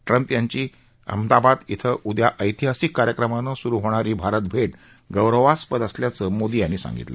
Trump यांची अहमदाबाद इथं उद्या ऐतिहासिक कार्यक्रमानं सुरु होणारी भारतभेट गौरवास्पद असल्याचं मोदी यांनी सांगितलं